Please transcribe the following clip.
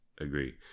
Agree